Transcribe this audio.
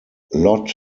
lott